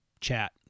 chat